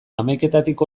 hamaiketatik